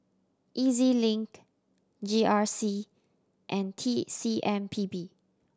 E Z Link G R C and T C M P B